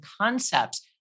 concepts